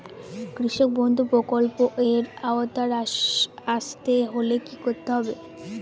কৃষকবন্ধু প্রকল্প এর আওতায় আসতে হলে কি করতে হবে?